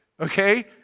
Okay